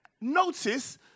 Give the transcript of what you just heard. Notice